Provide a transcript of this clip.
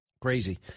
Crazy